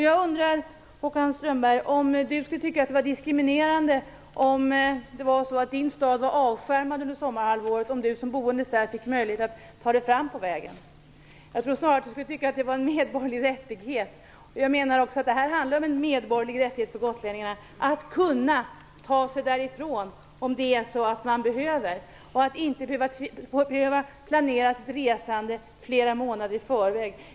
Jag undrar om Håkan Strömberg skulle tycka att det vore diskriminerande om hans bostadsort skulle vara avskärmad under sommarhalvåret och om han som boende där skulle behöva begära möjlighet att ta sig fram på vägen. Jag skulle tro att han tycker att det är en medborgerlig rättighet. Jag menar också att det handlar om en medborgerlig rättighet för gotlänningarna att när de behöver det kunna ta sig därifrån och att de inte skall behöva planera sitt resande flera månader i förväg.